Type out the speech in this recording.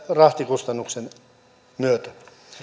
rahtikustannuksien myötä